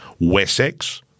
Wessex